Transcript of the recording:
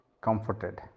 comforted